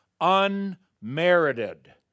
unmerited